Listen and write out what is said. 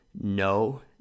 no